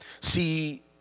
See